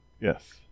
Yes